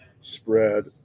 spread